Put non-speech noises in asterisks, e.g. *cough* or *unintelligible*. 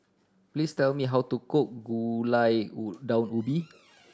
please tell me how to cook gulai *unintelligible* daun ubi